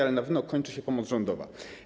Ale na pewno kończy się pomoc rządowa.